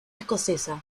escocesa